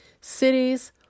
cities